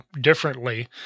differently